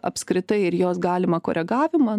apskritai ir jos galimą koregavimą